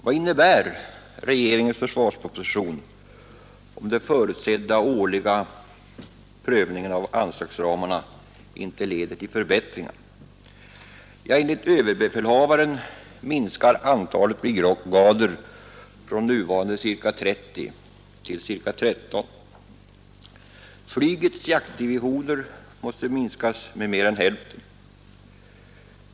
Vad innebär regeringens försvarsproposition, om den förutsedda årliga prövningen av anslagsramarna inte leder till förbättringar? Ja, enligt överbefälhavaren minskar antalet brigader från nuvarande ca 30 till ca 13. Flygets jaktdivisioner måste minskas med mer än hälften.